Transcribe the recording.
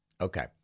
Okay